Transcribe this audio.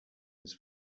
his